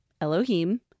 Elohim